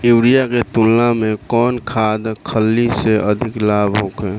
Urea के तुलना में कौन खाध खल्ली से अधिक लाभ होखे?